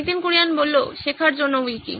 নীতিন কুরিয়ান শেখার জন্য উইকি